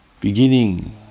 Beginning